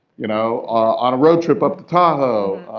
you know on a road trip up to tahoe.